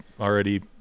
already